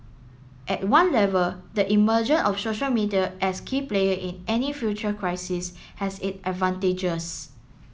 at one level the emergence of social media as key player in any future crisis has it advantages